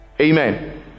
amen